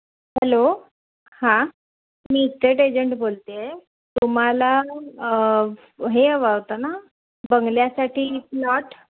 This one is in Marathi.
हॅलो हां मी इस्टेट एजंट बोलत आहे तुम्हाला हे हवा होता ना बंगल्यासाठी प्लॉट